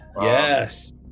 yes